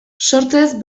sortzez